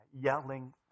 Yelling